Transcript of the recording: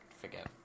forget